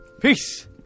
Peace